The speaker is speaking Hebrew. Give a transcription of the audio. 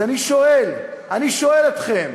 אז אני שואל, אני שואל אתכם: